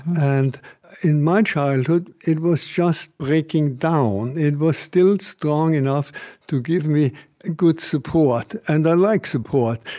and in my childhood, it was just breaking down. it was still strong enough to give me good support, and i like support.